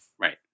Right